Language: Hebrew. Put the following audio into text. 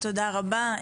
תודה רבה.